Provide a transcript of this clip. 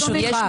ברשותך,